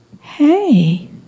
Hey